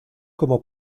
como